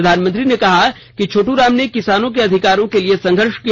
प्रधानमंत्री ने कहा कि छोटू राम ने किसानों के अधिकारों के लिए संघर्ष किया